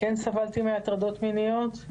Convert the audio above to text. כן סבלתי מהטרדות מיניות,